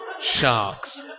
sharks